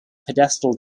pedestal